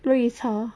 绿茶